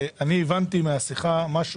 והבנתי מהשיחה דבר אחד.